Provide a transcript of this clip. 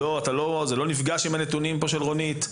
זה לא נפגש עם הנתונים של רונית?